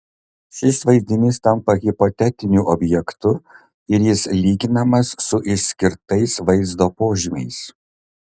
šis vaizdinys tampa hipotetiniu objektu ir jis lyginamas su išskirtais vaizdo požymiais